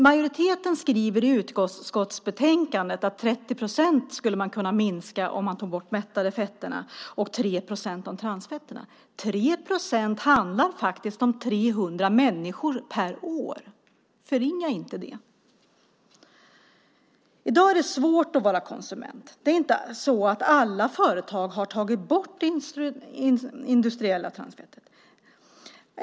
Majoriteten skriver i utskottsbetänkandet att man skulle kunna minska riskerna för hjärt och kärlsjukdom med 30 procent om man tog bort de mättade fetterna och med 3 procent om man tog bort transfetterna. 3 procent innebär faktiskt 300 människor per år! Förringa inte det. I dag är det svårt att vara konsument. Alla företag har inte tagit bort de industriella transfetterna.